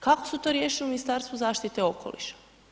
Kako su to riješili u Ministarstvu zaštite okoliša?